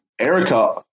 Erica